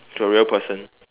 to a real person